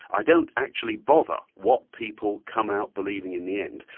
i don't actually bother what people come out believing in the end,